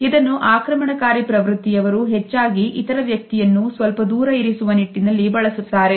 ಇದನ್ನು ಆಕ್ರಮಣಕಾರಿ ಪ್ರವೃತ್ತಿಯವರು ಹೆಚ್ಚಾಗಿ ಇತರ ವ್ಯಕ್ತಿಯನ್ನು ಸ್ವಲ್ಪದೂರ ಇರಿಸುವ ನಿಟ್ಟಿನಲ್ಲಿ ಬಳಸುತ್ತಾರೆ